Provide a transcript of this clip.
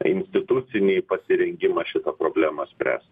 institucinį pasirengimą šitą problemą spręst